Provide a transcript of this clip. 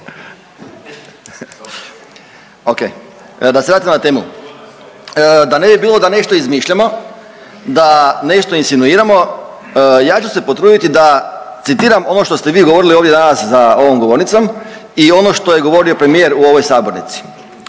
da se vratim na temu. Da ne bi bilo da nešto izmišljamo, da nešto insinuiramo ja ću se potruditi da citiram ono što ste vi govorili ovdje danas za ovom govornicom i ono što je govorio premijer u ovoj sabornici.